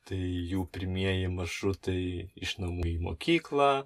tai jų pirmieji maršrutai iš namų į mokyklą